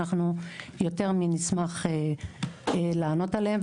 אנחנו יותר מנשמח לענות עליהם.